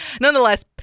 nonetheless